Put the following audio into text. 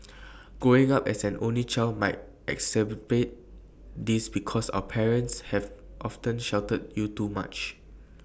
growing up as an only child might exacerbate this because your parents have often sheltered you too much